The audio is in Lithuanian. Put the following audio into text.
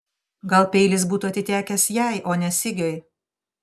gal peilis būtų atitekęs jai o ne sigiui